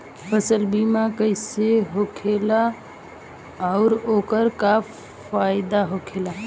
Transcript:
फसल बीमा कइसे होखेला आऊर ओकर का फाइदा होखेला?